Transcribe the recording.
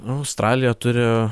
australija turi